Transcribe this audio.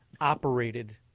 operated